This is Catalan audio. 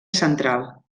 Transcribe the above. central